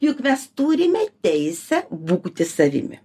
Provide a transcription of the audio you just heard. juk mes turime teisę būti savimi